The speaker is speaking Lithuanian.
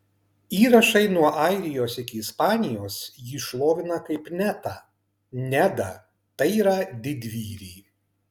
įrašai nuo airijos iki ispanijos jį šlovina kaip netą nedą tai yra didvyrį